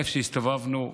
איפה שהסתובבנו,